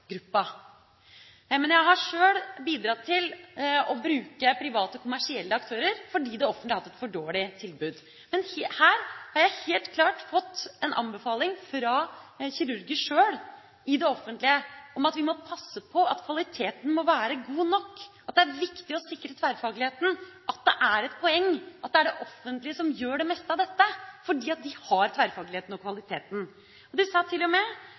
Men her har jeg helt klart fått en anbefaling fra kirurger i det offentlige om at vi må passe på at kvaliteten må være god nok, at det er viktig å sikre tverrfagligheten, at det er et poeng at det er det offentlige som gjør det meste av dette, fordi de har tverrfagligheten og kvaliteten. De sa til og med at de